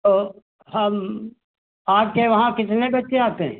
तो हम आपके वहाँ कितने बच्चे आते हैं